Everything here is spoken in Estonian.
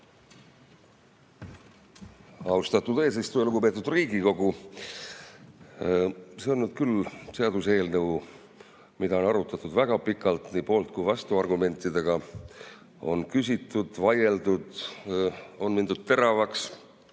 Austatud eesistuja! Lugupeetud Riigikogu! See on nüüd küll seaduseelnõu, mida on arutatud väga pikalt, nii poolt‑ kui vastuargumentidega. On küsitud, on vaieldud, on mindud teravaks